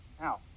Now